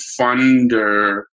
funder